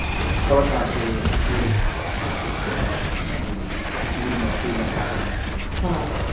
the helicopter was up for sale, i believe. we didn't know if we were going to have it next week huh.